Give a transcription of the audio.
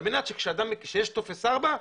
על מנת שכאשר יש טופס 4,